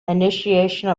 initiation